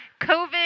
COVID